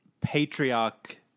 patriarch